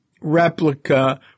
replica